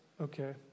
Okay